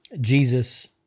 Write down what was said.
Jesus